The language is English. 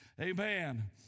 Amen